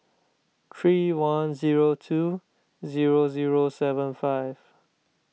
three one zero two zero zero seven five